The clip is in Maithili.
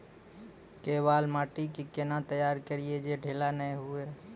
केवाल माटी के कैना तैयारी करिए जे ढेला नैय हुए?